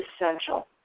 essential